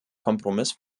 kompromiss